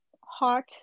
heart